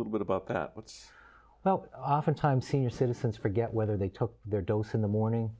a little bit about that which well oftentimes senior citizens forget whether they took their dose in the morning